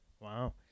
Wow